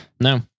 no